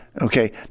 Okay